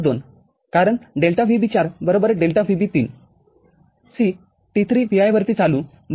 २ कारण ΔVB४ ΔVB३ C T ३ Vi वरती चालू ०